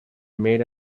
made